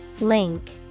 Link